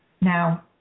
Now